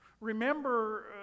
remember